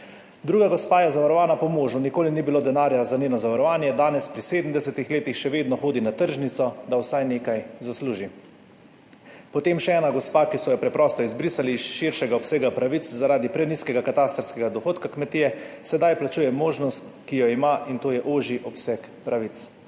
Druga gospa je zavarovana po možu, nikoli ni bilo denarja za njeno zavarovanje, danes, pri 70 letih, še vedno hodi na tržnico, da vsaj nekaj zasluži. Potem še ena gospa, ki so jo preprosto izbrisali iz širšega obsega pravic zaradi prenizkega katastrskega dohodka kmetije, sedaj plačuje možnost, ki jo ima, in to je ožji obseg pravic.